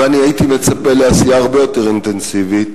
והייתי מצפה לעשייה הרבה יותר אינטנסיבית,